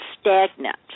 stagnant